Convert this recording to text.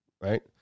right